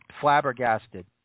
flabbergasted